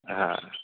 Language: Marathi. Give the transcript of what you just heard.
हां